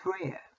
prayer